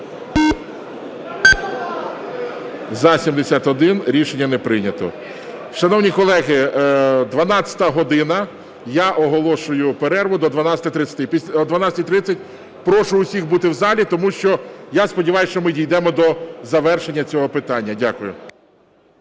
За-71 Рішення не прийнято. Шановні колеги, 12-а година. Я оголошую перерву до 12:30. О 12:30 прошу усіх бути в залі, тому що я сподіваюся, що ми дійдемо до завершення цього питання. Дякую.